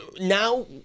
Now